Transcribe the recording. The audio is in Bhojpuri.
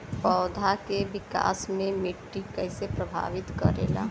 पौधा के विकास मे मिट्टी कइसे प्रभावित करेला?